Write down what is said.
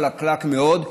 חלקלק מאוד,